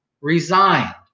resigned